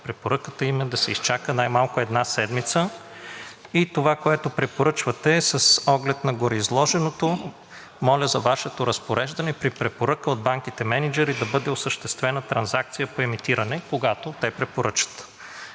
препоръката им е да се изчака най-малко една седмица.“ Това, което препоръчвате, е: „С оглед на гореизложеното, моля за Вашето разпореждане при препоръка от банките мениджъри да бъде осъществена трансакция по емитиране, когато те препоръчат.“